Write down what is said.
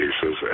cases